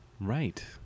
right